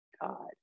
God